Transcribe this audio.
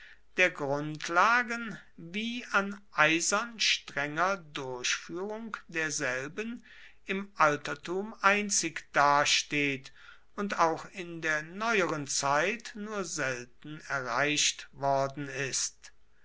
der grundlagen wie an eisern strenger durchführung derselben im altertum einzig dasteht und auch in der neueren zeit nur selten erreicht worden ist